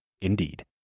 Indeed